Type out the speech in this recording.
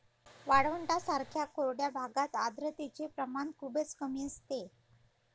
वाळवंटांसारख्या कोरड्या भागात आर्द्रतेचे प्रमाण खूपच कमी असते